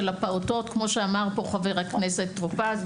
הפעוטות כמו שאמר פה חבר הכנסת טור פז: